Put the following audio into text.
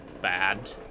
bad